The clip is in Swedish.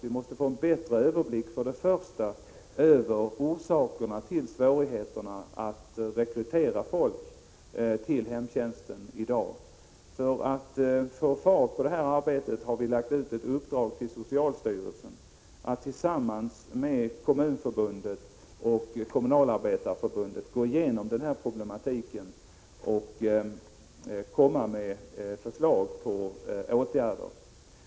Vi måste få en bättre överblick över först och främst orsakerna till svårigheterna att rekrytera folk till hemtjänsten i dag. För att få fart på detta arbete har vi gett socialstyrelsen i uppdrag att tillsammans med Kommunförbundet och Kommunalarbetareförbundet gå igenom denna problematik och komma med förslag till åtgärder.